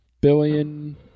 billion